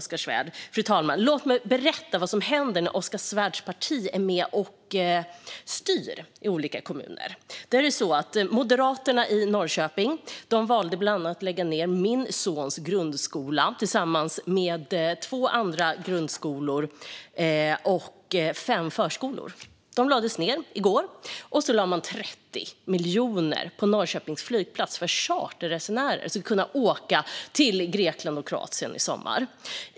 Låt mig berätta för ledamoten Oskar Svärd vad som händer när hans parti är med och styr i olika kommuner. Moderaterna i Norrköping har bland annat valt att lägga ned min sons grundskola tillsammans med två andra grundskolor och fem förskolor. De lades ned i går. Sedan lade man 30 miljoner på Norrköpings flygplats för att charterresenärer ska kunna åka till Grekland och Kroatien i sommar.